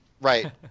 right